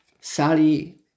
Sally